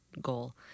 goal